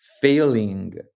failing